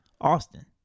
Austin